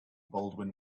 baldwin